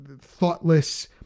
thoughtless